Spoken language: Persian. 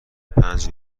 پنج